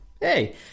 hey